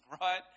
right